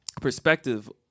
perspective